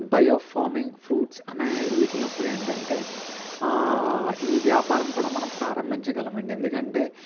bio farming fruits అనే వీటిని కూడా ఏంటి అంటే ఈ వ్యాపారం కూడా మనం ప్రారంభించగలము అండి ఎందుకంటే